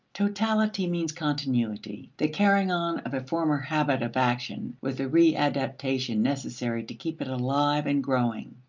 totality means continuity the carrying on of a former habit of action with the readaptation necessary to keep it alive and growing.